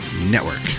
network